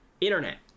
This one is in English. internet